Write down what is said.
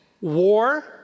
War